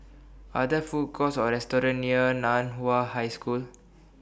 Are There Food Courts Or restaurants near NAN Hua High School